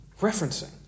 referencing